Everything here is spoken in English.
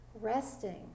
Resting